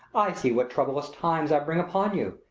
i see what troublous times i bring upon you,